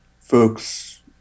folks